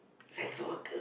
sexual girl